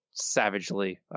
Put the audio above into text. savagely